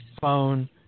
phone